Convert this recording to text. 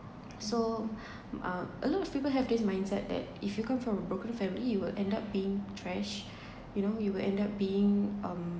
so uh a lot of people have this mindset that if you come from a broken family you will end up being trash you know you will end up being um